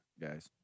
guys